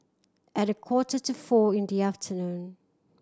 at a quarter to four in the afternoon